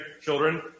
children